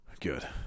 Good